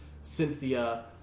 Cynthia